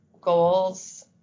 goals